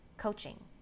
coaching